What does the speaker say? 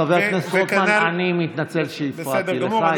חבר הכנסת רוטמן, אני מתנצל שהפרעתי לך.